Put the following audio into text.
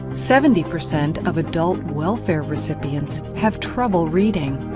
seventy percent of adult welfare recipients have trouble reading.